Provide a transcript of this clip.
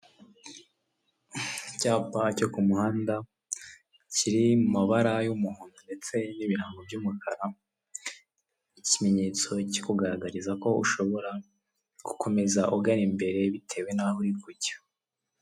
Icyapa cyo ku muhanda, kiri mu mabara y'umuhondo ndetse n'ibirango by'umukara, iki kimenyetso kikugaragariza ko ushobora gukomeza ugana imbere bitewe n'aho uri ku kujya.